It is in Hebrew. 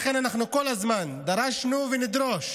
לכן, אנחנו כל הזמן דרשנו ונדרוש